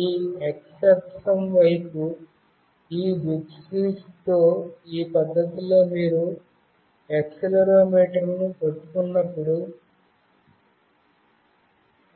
ఈ x అక్షం వైపు ఈ దిక్చుచితో ఈ పద్ధతిలో మీరు ఈ యాక్సిలెరోమీటర్ను పట్టుకున్నప్పుడు